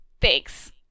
thanks